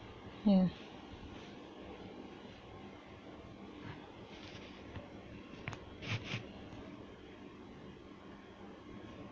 ya